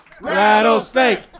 Rattlesnake